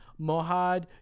Mohad